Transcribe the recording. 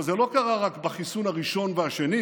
אבל זה לא קרה רק בחיסון הראשון והשני.